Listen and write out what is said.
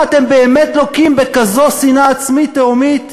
מה, אתם באמת לוקים בכזאת שנאה עצמית תהומית?